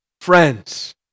Friends